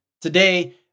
today